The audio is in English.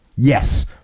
Yes